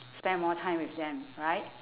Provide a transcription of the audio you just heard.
spend more time with them right